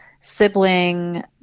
sibling